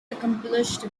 accomplished